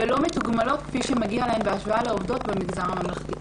ולא מתוגמלות כפי שמגיע להן בהשוואה לעובדות במגזר הממלכתי."